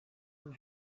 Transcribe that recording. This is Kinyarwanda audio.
yaba